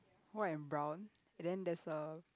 white and brown and then there's a